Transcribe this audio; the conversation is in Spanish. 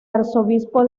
arzobispo